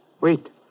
Wait